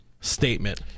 statement